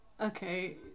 okay